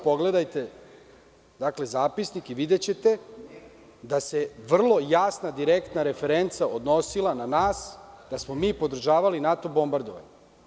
Pogledajte, molim vas, zapisnik i videćete da se vrlo jasna, direktna referenca odnosila na nas da smo mi podržavali NATO bombardovanje.